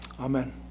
Amen